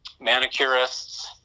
manicurists